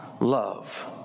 love